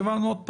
עוד פעם,